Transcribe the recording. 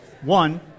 one